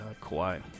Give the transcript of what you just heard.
Kawhi